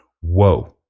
whoa